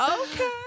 Okay